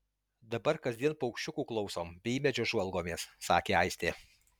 dabar kasdien paukščiukų klausom bei į medžius žvalgomės sakė aistė